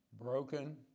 Broken